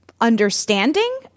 understanding